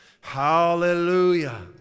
Hallelujah